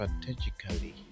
strategically